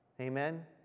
Amen